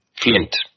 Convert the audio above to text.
Flint